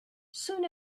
soon